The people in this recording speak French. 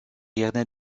gardiens